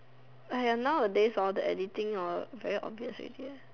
nowadays the editing very obvious already